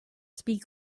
speak